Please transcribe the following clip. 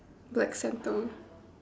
black centre